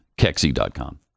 Kexi.com